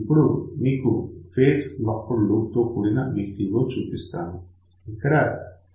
ఇప్పుడు మీకు phase locked loop తో కూడిన VCO చూపిస్తాను